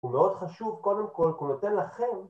הוא מאוד חשוב, קודם כל, כי הוא נותן לכם